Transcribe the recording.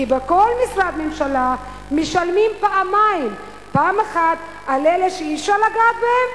כי בכל משרד ממשלה משלמים פעמיים: פעם אחת על אלה שאי-אפשר לגעת בהם,